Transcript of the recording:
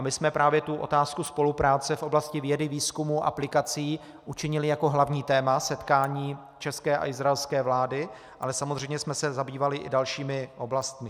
My jsme právě otázku spolupráce v oblasti vědy, výzkumu, aplikací učinili hlavním tématem setkání české a izraelské vlády, ale samozřejmě jsme se zabývali i dalšími oblastmi.